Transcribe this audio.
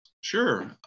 Sure